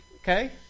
okay